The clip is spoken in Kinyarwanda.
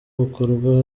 bukorwa